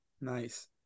nice